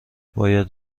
باید